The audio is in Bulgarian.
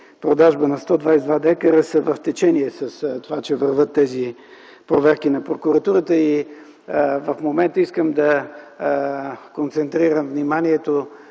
продажбата на тези 122 декара са в течение за това, че вървят тези проверки на прокуратурата. В момента искам да концентрирам вниманието